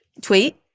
tweet